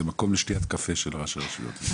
זה מקום לשתיית קפה של ראשי הרשויות.